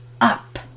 up